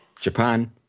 Japan